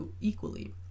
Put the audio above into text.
equally